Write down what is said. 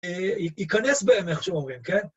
ייכנס בהם, איך שאומרים, כן?